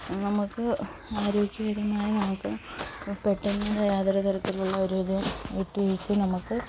നമുക്ക് ആരോഗ്യപരമായ നമുക്ക് പെട്ടെന്ന് യാതൊരു തരത്തിലുള്ള ഒരു ഇതും വിട്ടുവീഴ്ച്ചയും നമുക്ക്